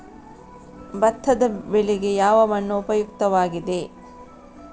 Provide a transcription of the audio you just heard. ಭತ್ತದ ಬೆಳೆಗೆ ಯಾವ ಮಣ್ಣು ಉಪಯುಕ್ತವಾಗಿದೆ?